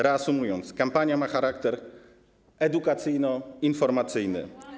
Reasumując, kampania ma charakter edukacyjno-informacyjny.